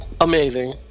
amazing